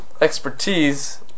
expertise